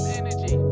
energy